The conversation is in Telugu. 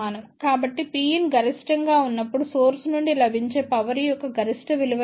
కాబట్టిPin గరిష్టంగా ఉన్నప్పుడు సోర్స్ నుండి లభించే పవర్ యొక్క గరిష్ట విలువ ఎంత